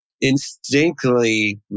instinctively